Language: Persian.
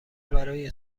برای